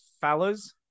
fellas